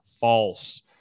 false